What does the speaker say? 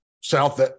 south